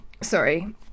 sorry